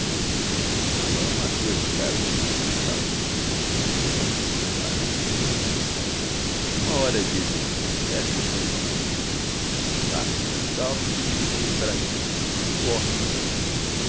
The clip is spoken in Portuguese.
agora uma coisa caros senhores legisladores quanto tenho de pagar uma hora dizem dez por cento faço os meus cálculos e digo de mim para mim suporto